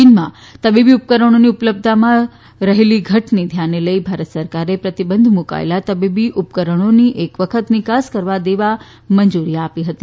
ચીનમાં તબીબી ઉપકરણોની ઉપલબ્ધતામાં રહેલી ઘટને ધ્યાનમાં લઈને ભારત સરકારે પ્રતિબંધ મૂકાયેલા તબીબી ઉપકરણોની એક વખત નિકાસ કરવા દેવા મંજૂરી આપી છે